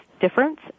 difference